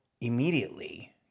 immediately